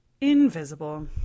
invisible